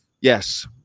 yes